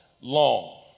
long